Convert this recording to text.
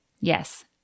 Yes